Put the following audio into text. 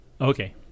Okay